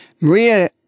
Maria